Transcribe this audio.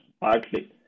partly